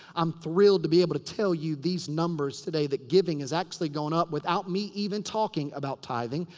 i'm thrilled to be able to tell you these numbers today that giving has actually gone up, without me even talking about tithing.